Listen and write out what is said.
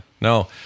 no